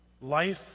Life